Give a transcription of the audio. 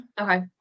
okay